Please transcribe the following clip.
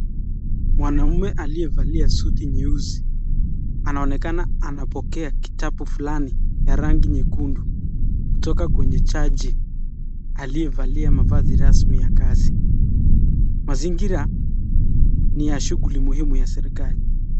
Mwanaume aliyevalia suti nyeusi anaonekana anapokea kitabu fulani ya rangi nyekundu kutoka kwenye jaji aliyevalia mavazi rasmi ya kazi. Mazingira ni ya shughuli muhimu ya serikali.